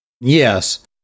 Yes